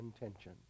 intention